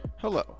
Hello